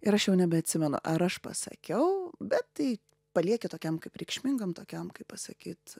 ir aš jau nebeatsimenu ar aš pasakiau bet tai palieki tokiam kaip reikšmingam tokiam kaip pasakyt